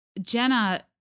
Jenna